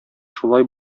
шулай